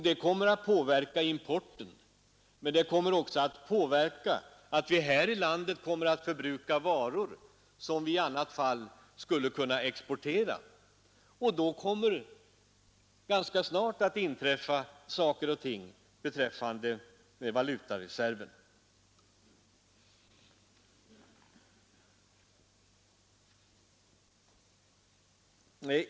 Det kommer att påverka importen, men det kommer också att betyda att vi här i landet förbrukar varor som vi i annat fall skulle kunna exportera, och då kommer det ganska snart att inträffa saker och ting med valutareserven.